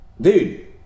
Dude